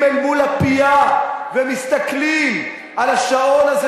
אל מול הפייה ומסתכלים על השעון הזה,